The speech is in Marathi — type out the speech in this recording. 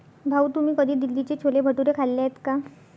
भाऊ, तुम्ही कधी दिल्लीचे छोले भटुरे खाल्ले आहेत का?